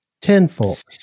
Tenfold